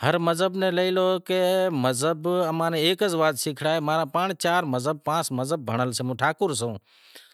پر مذہب نیں لے لو کہ مذہب اماں نیں ایک ہی وات شیکاڑوے، ماں را آپ چار مذہب، پانس مذہب بھنڑنل سیں